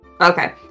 Okay